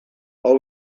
hau